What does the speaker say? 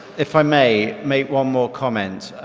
if i may make one more comment.